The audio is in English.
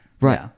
right